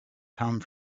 come